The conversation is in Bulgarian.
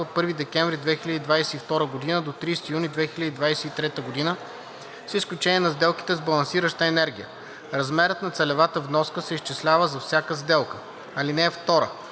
от 1 декември 2022 г. до 30 юни 2023 г., с изключение на сделките с балансираща енергия. Размерът на целевата вноска се изчислява за всяка сделка. (2) Стойностите,